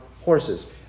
horses